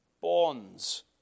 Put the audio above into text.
bonds